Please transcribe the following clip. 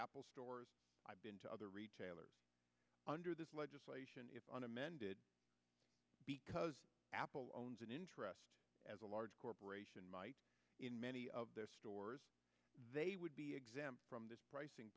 apple stores i've been to other retailers under this legislation if an amended because apple owns an interest as a large corporation might in many of their stores they would be exempt from this pricing